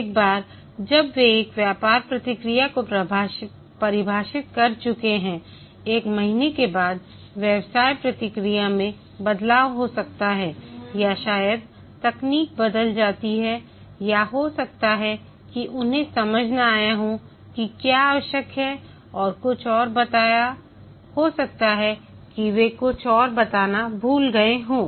एक बार जब वे एक व्यापार प्रक्रिया को परिभाषित कर चुके हैं एक महीने के बाद व्यवसाय प्रक्रिया में बदलाव हो सकता है या शायद तकनीक बदल जाती है या हो सकता है कि उन्हें समझ न आया हो कि क्या आवश्यक है और कुछ और बताया हो सकता है कि वे कुछ और बताना भूल गए हों